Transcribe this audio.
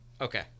Okay